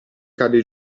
cade